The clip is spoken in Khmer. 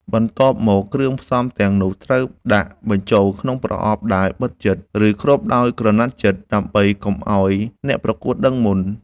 បន្ទាប់មក គ្រឿងផ្សំទាំងនោះត្រូវដាក់បញ្ចូលក្នុងប្រអប់ដែលបិទជិត ឬគ្របដោយក្រណាត់ជិតដើម្បីកុំឱ្យអ្នកប្រកួតដឹងមុន។